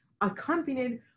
accompanied